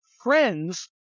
friends